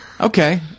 Okay